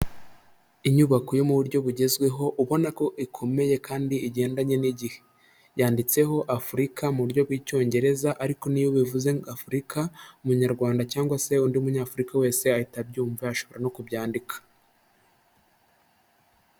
Inyubako yo mu buryo bugezweho ubona ko ikomeye kandi igendanye n'igihe, yanditseho Afurika mu buryo bw'icyongereza ariko niyo ubivuze ngo Afurika umunyarwanda cyangwa se undi munyafurika wese ahita abyumva yashobora no kubyandika.